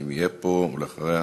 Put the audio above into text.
אם יהיה פה, ואחריו,